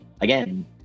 again